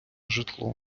житло